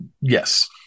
Yes